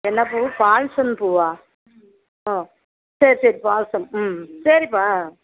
என்ன பூ பால்சம் பூவா ஓ சரி சரி பால்சம் ம் சரிப்பா ஆ